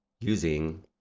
using